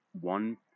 one